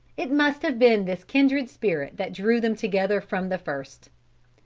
it must have been this kindred spirit that drew them together from the first.